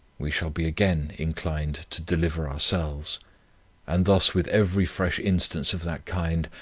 we shall be again inclined to deliver ourselves and thus with every fresh instance of that kind,